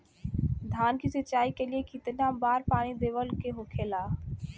धान की सिंचाई के लिए कितना बार पानी देवल के होखेला?